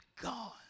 God